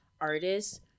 artists